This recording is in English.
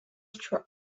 stroke